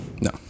No